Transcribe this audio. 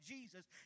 Jesus